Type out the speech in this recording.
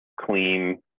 clean